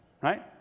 right